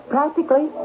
Practically